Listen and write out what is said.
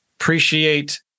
appreciate